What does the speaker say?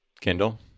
Kindle